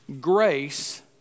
Grace